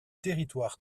territoires